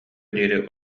диэри